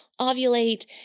ovulate